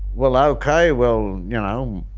well okay, well you know,